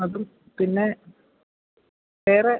അതും പിന്നെ വേറെ